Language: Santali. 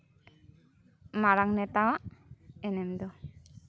ᱢᱟᱨᱟᱝ ᱱᱮᱛᱟᱣᱟᱜ ᱮᱱᱮᱢ ᱫᱚ